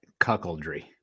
cuckoldry